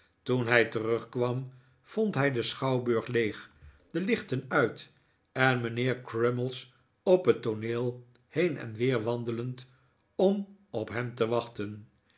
toen hij terugkwam vond hij den schouwburg leeg de lichten uit en mijnheer crummies op het tooneel heen en weer wandelend om op hem te wachten